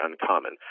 uncommon